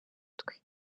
twe